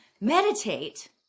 meditate